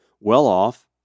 well-off